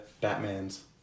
Batman's